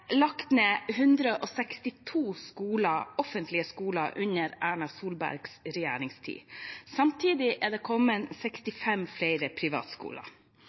lagt ned 162 offentlige skoler under Erna Solbergs regjeringstid. Samtidig har det kommet 65 flere privatskoler.